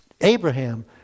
Abraham